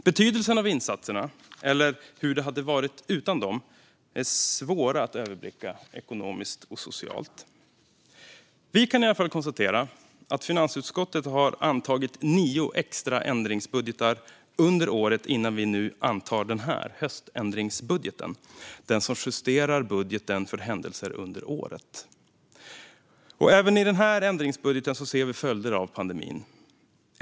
Betydelsen av insatserna - eller hur det hade varit utan dem - är svår att överblicka ekonomiskt och socialt. Vi kan i alla fall konstatera att finansutskottet har antagit nio extra ändringsbudgetar under året innan vi nu antar den här höständringsbudgeten, som justerar budgeten för händelser under året. Även i den här ändringsbudgeten ser vi följder av pandemin.